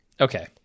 okay